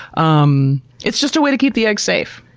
um it's just a way to keep the eggs safe.